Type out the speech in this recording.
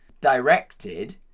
directed